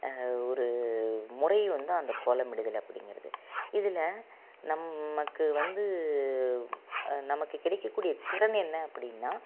ஒரு முறை வந்து அந்த கோலமிடுதல் அப்படிங்கறது இதில் நமக்கு வந்து நமக்கு கிடைக்கக்கூடிய திறன் என்ன அப்படின்னா